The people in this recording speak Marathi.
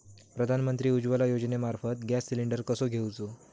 प्रधानमंत्री उज्वला योजनेमार्फत गॅस सिलिंडर कसो घेऊचो?